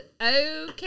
Okay